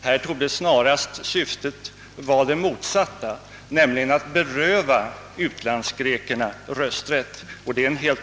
Här torde snarast syftet vara det motsatta, nämligen att beröva vissa greker rösträtt.